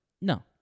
No